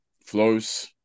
flows